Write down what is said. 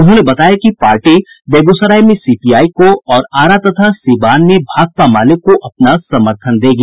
उन्होंने बताया कि पार्टी बेगूसराय में सीपीआई को और आरा तथा सीवान में भाकपा माले को अपना समर्थन देगी